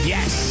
Yes